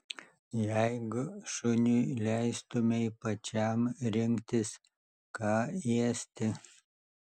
jeigu šuniui leistumei pačiam rinktis ką ėsti